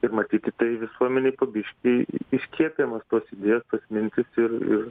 ir matyti tai visuomenei po biški išskiepyjamos tos idėjos tos mintys ir ir